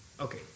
okay